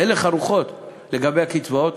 הלך הרוחות לגבי הקצבאות,